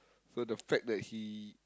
so the fact that he